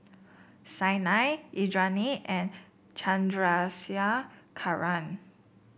Saina Indranee and Chandrasekaran